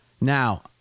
Now